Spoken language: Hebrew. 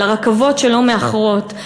על הרכבות שלא מאחרות,